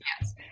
Yes